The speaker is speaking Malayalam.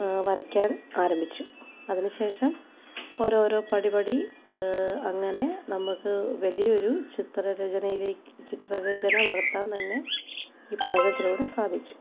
വരയ്ക്കാൻ ആരംഭിച്ചു അതിനുശേഷം ഓരോരോ പടി പടി അങ്ങനെ നമുക്ക് വലിയ ഒരു ചിത്രരചനയിലേ ചിത്രരചന നടത്താൻ തന്നെ ഈ പഠനത്തിലൂടെ സാധിച്ചു